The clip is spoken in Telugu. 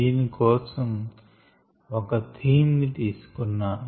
దీని కోసం ఒక థీమ్ ని తీసుకున్నాను